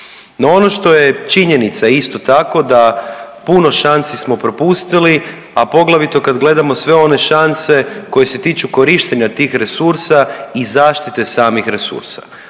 No ono što je činjenica isto tako da puno šansi smo propustili, a poglavito kad gledamo sve one šanse koje se tiču korištenja tih resursa i zaštite samih resursa.